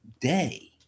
day